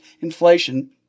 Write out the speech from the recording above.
inflation